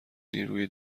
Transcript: نیروی